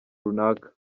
runaka